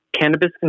cannabis